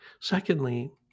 secondly